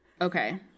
Okay